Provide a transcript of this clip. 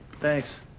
Thanks